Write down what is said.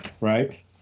Right